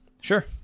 Sure